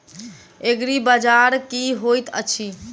एग्रीबाजार की होइत अछि?